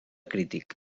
crític